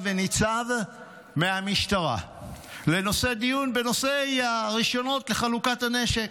וניצב מהמשטרה לדיון בנושא רישיונות לחלוקת הנשק.